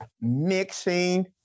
mixing